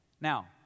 Now